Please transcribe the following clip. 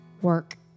work